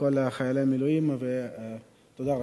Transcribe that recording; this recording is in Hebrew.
לכל חיילי המילואים, ותודה רבה.